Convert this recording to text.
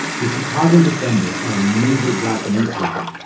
the chicago defender, a major black newspaper,